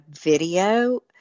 video